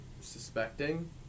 suspecting